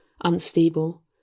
unstable